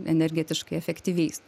energetiškai efektyviais